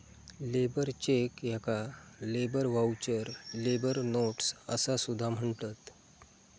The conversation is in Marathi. लेबर चेक याका लेबर व्हाउचर, लेबर नोट्स असा सुद्धा म्हणतत